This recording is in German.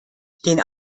den